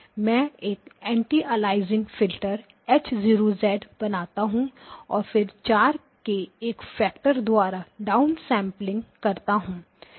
मैं एक anti aliasing filter H 0 बनाता हूं और फिर 4 के एक फ़ैक्टर द्वारा डा उन सैंपलिंग करता हूं